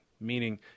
Meaning